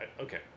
okay